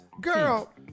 Girl